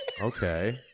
okay